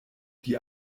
die